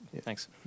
Thanks